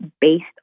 based